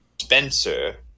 Spencer